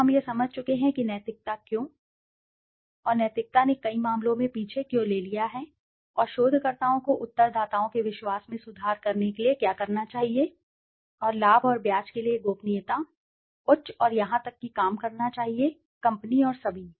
तो हम यह समझ चुके हैं कि नैतिकता क्यों नैतिकता और नैतिकता ने कई मामलों में पीछे क्यों ले लिया है और शोधकर्ताओं को उत्तरदाताओं के विश्वास में सुधार करने के लिए क्या करना चाहिए और लाभ और ब्याज के लिए गोपनीयता उच्च और यहां तक कि काम करना चाहिए कंपनी और सभी